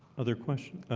other questions.